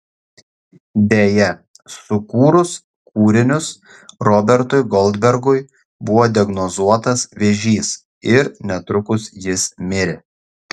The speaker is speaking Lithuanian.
deja sukūrus kūrinius robertui goldbergui buvo diagnozuotas vėžys ir netrukus jis mirė